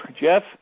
Jeff